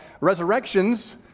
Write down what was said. resurrections